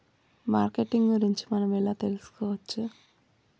Marketing గురించి మనం ఎలా తెలుసుకోవచ్చు?